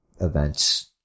events